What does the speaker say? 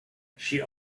she